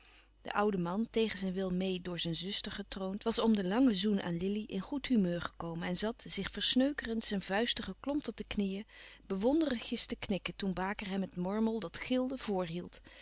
de oude man tegen zijn wil meê door zijn zuster getroond was om den langen zoen aan lili in goed humeur gekomen en zat zich versneukerend zijn vuisten geklompt op de knieën bewonderigjes te knikken toen baker hem het mormel dat gilde